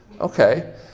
Okay